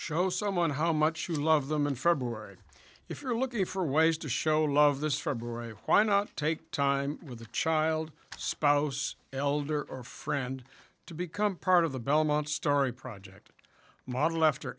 show someone how much you love them in february if you're looking for ways to show love this february why not take time with a child spouse elder or friend to become part of the belmont story project modeled after